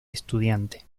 estudiante